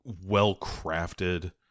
well-crafted